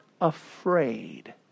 afraid